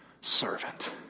servant